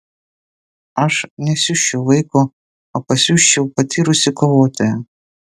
aš nesiųsčiau vaiko o pasiųsčiau patyrusį kovotoją